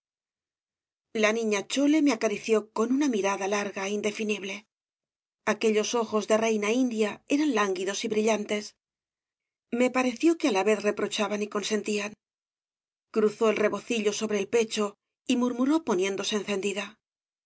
la niña chole me acarició con una mirada larga indefinible aquellos ojos de reina india eran lánguidos y brillantes me pareció que á la vez reprochaban y consentían cruzó el rebocillo sobre el pecho y murmuró poniéndose encendida